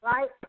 Right